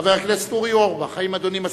חבר הכנסת אורי אורבך, האם אדוני מסכים?